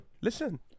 Listen